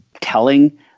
telling